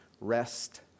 rest